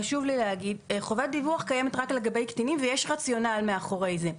חשוב לי להגיד שחובת דיווח קיימת רק לגבי קטינים ויש רציונל מאחורי זה.